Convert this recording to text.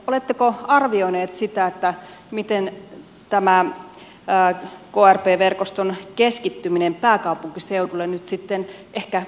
oletteko arvioineet sitä että miten tämän pää koipeverkoston keskittyminen pääkaupunkiseudulle nyt sitten ehkä